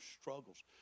struggles